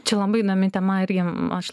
čia labai įdomi tema irgi aš